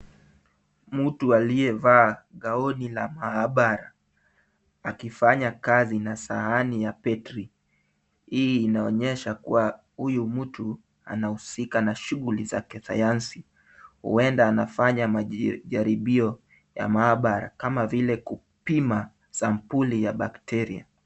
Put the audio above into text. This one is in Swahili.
Mtu aliyevaa gauni la maabara akifanya kazi na sahani ya battery . Hii inaonyesha kuwa huyu mtu anahusika na shughuli za kisayansi, huenda anafanya majaribio ya maabara kama vile kupima sampuli ya bacteria .